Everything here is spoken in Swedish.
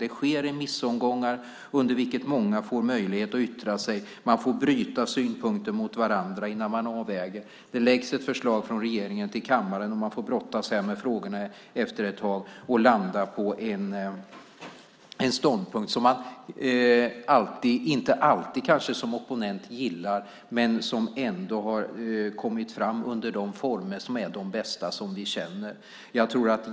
Det sker ett remissförfarande då många får möjlighet att yttra sig, och man kan bryta synpunkter mot varandra när man gör avväganden. Regeringen lägger sedan fram ett förslag till kammaren som får brottas med frågorna, och efter en tid landar man i en ståndpunkt som man som opponent kanske inte alltid gillar men som dock har tagits fram under de bästa former vi känner till.